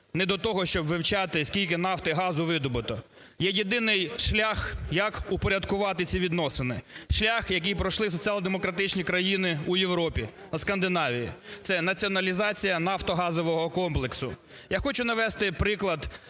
не до того, щоб вивчати скільки нафти і газу видобуто. Є єдиний шлях як упорядкувати ці відносини, шлях, який пройшли соціал-демократичні країни у Європі, в Скандинавії – це націоналізація нафтогазового комплексу. Я хочу навести приклад